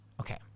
okay